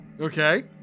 Okay